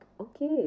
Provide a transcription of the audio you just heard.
okay